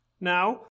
now